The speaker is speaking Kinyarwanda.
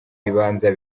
ibibanza